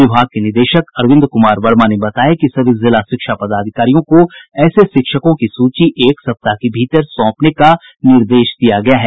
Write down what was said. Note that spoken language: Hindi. विभाग के निदेशक अरविंद कुमार वर्मा ने बताया कि सभी जिला शिक्षा पदाधिकारियों को ऐसे शिक्षकों की सूची एक सप्ताह के भीतर सौंपने का निर्देश दिया गया है